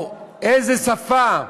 או איזה שפה,